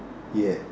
yes